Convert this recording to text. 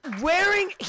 wearing